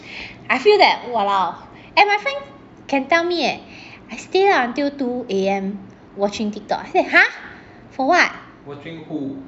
I feel that !walao! and my friend can tell me eh I stay up until two A_M watching Tiktok I say !huh! for what